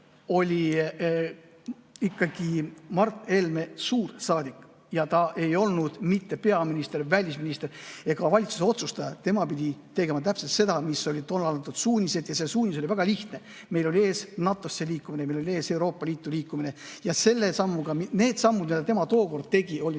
Helme ikkagi suursaadik. Ta ei olnud mitte peaminister, välisminister ega [üldse] valitsuses otsustaja. Tema pidi tegema täpselt seda, milline oli tollal antud suunis. Ja see suunis oli väga lihtne. Meil oli ees NATO-sse liikumine, meil oli ees Euroopa Liitu liikumine ja need sammud, mis tema tookord tegi, olid